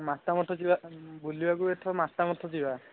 ମାତା ମଠ ଯିବା ବୁଲିବାକୁ ଏଥର ମାତା ମଠ ଯିବା